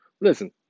Listen